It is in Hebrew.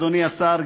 אדוני השר,